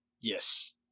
Yes